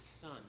son